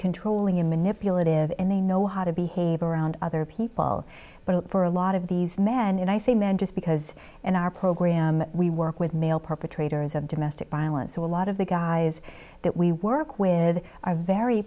controlling and manipulative and they know how to behave around other people but for a lot of these men and i say men just because in our program we work with male perpetrators of domestic violence so a lot of the guys that we work with are very